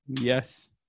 Yes